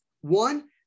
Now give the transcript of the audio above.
One